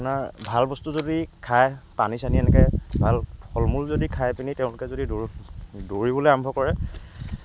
আপোনাৰ ভাল বস্তু যদি খায় পানী চানী এনেকৈ ভাল ফল মূল যদি খাই পিনি তেওঁলোকে যদি দৌৰ দৌৰিবলৈ আৰম্ভ কৰে